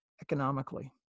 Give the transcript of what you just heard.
economically